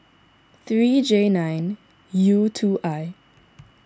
three J nine U two I